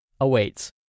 awaits